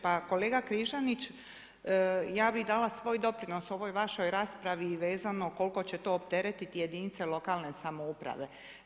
Pa kolega Križanić, ja bi dala svoj doprinos ovoj vašoj raspravi i vezano koliko će to opteretiti jedinica lokalne samouprave.